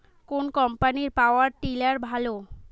কোন কম্পানির power tiller ভালো?